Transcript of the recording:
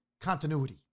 Continuity